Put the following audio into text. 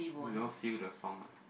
you don't feel the song ah